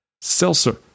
Seltzer